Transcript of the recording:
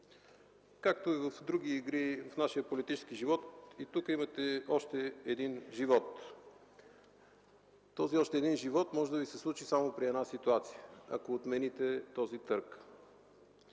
Както и в други игри в нашия политически живот, и тук имате още един живот. Този още един живот може да Ви се случи само при една ситуация – ако отмените този търг.